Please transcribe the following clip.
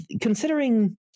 considering